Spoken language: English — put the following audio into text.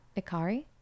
Ikari